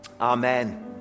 Amen